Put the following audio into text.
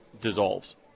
dissolves